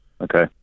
Okay